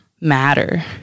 Matter